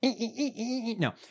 No